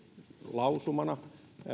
lausumana